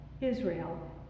Israel